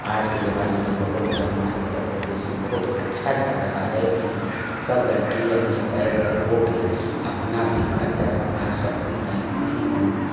आज के ज़माने में बहुत है उत्तर प्रदेश में बहुत अच्छा चल रहा है कि सब लड़की अपने पैर पर हो के अपना भी खर्चा संभाल सकती हैं किसी की